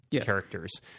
characters